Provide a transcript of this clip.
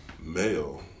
male